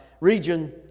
region